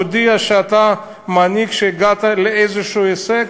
תודיע שאתה מנהיג שהגיע לאיזה הישג,